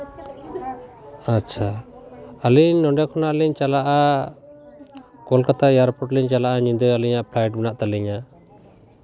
ᱟᱪᱪᱷᱟ ᱟᱹᱞᱤᱧ ᱱᱚᱰᱮ ᱠᱷᱚᱱᱟᱜ ᱞᱤᱧ ᱪᱟᱞᱟᱜᱼᱟ ᱠᱳᱞᱠᱟᱛᱟ ᱮᱭᱟᱨᱯᱳᱨᱴ ᱞᱤᱧ ᱪᱟᱞᱟᱜᱼᱟ ᱧᱤᱫᱟᱹ ᱟᱹᱞᱤᱧᱟᱜ ᱯᱷᱞᱟᱭᱤᱴ ᱢᱮᱱᱟᱜ ᱛᱟᱹᱞᱤᱧᱟ